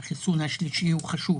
החיסון השלישי הוא חשוב.